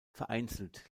vereinzelt